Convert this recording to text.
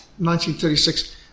1936